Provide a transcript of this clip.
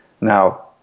Now